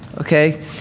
Okay